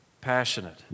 Passionate